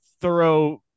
thorough